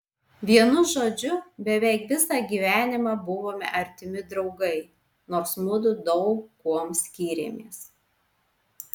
vienu žodžiu beveik visą gyvenimą buvome artimi draugai nors mudu daug kuom skyrėmės